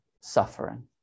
suffering